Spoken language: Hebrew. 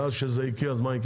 ואז מה יקרה?